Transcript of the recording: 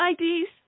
IDs